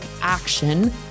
action